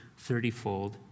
thirtyfold